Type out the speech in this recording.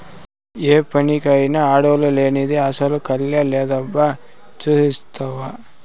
ఏ పనికైనా ఆడోల్లు లేనిదే అసల కళే లేదబ్బా సూస్తివా